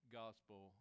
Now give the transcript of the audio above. gospel